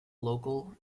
local